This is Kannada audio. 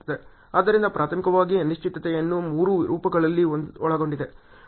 ಆದ್ದರಿಂದ ಪ್ರಾಥಮಿಕವಾಗಿ ಅನಿಶ್ಚಿತತೆಯನ್ನು ಮೂರು ರೂಪಗಳಲ್ಲಿ ಒಳಗೊಂಡಿದೆ